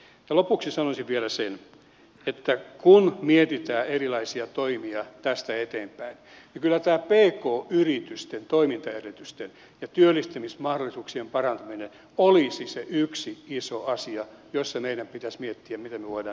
lopuksi sanoisin vielä sen että kun mietitään erilaisia toimia tästä eteenpäin niin kyllä tämä pk yritysten toimintaedellytysten ja työllistämismahdollisuuksien parantaminen olisi se yksi iso asia josta meidän pitäisi miettiä mitä me voimme nyt yhdessä tehdä